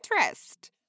interest